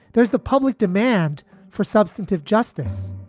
there is the public demand for substantive justice.